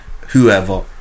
whoever